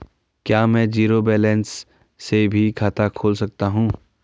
क्या में zero balance से भी खाता खोल सकता हूँ?